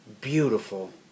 beautiful